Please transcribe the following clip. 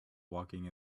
walking